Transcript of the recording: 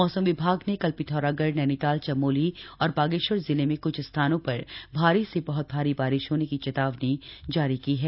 मौसम विभाग ने कल पिथौरागढ़ नैनीताल चमोली और बागेश्वर जिले में कुछ स्थानों पर भारी से बहुत भारी बारिश होने की चेतावनी जारी की है